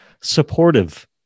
supportive